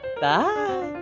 bye